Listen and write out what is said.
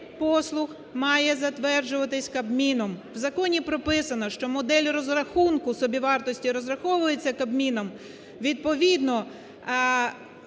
має затверджуватися Кабміном. В законі прописано, що модель розрахунку собівартості розраховується Кабміном, відповідно,